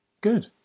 Good